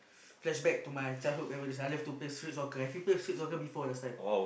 flashback to my childhood where I love to play street soccer everyday play street soccer last time